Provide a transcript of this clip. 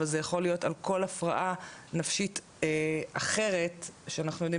אבל זה יכול להיות על כל הפרעה נפשית אחרת שאנחנו יודעים